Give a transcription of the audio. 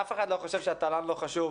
שאף אחד לא חושב שהתל"ן לא חשוב,